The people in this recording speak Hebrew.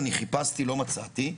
אני חיפשתי, לא מצאתי.